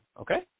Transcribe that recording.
okay